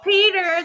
Peter